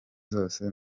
zose